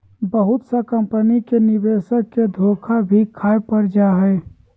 बहुत सा कम्पनी मे निवेशक के धोखा भी खाय पड़ जा हय